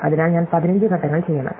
അതിനാൽ ഞാൻ 15 ഘട്ടങ്ങൾ ചെയ്യണം